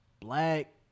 black